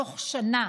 בתוך שנה,